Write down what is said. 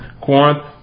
Corinth